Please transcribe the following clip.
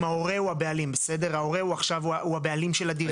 אם ההורה הוא עכשיו הבעלים של הדירה,